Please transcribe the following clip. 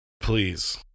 please